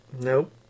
Nope